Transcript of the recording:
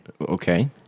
Okay